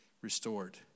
restored